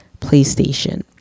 PlayStation